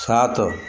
ସାତ